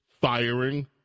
firing